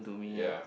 ya